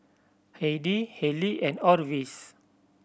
Heidy Halie and Orvis